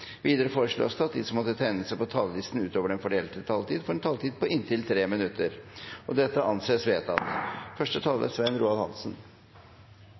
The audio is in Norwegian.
Videre foreslås det at de som måtte tegne seg på talerlisten utover den fordelte taletid, får en taletid på inntil 3 minutter. – Det anses vedtatt.